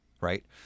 right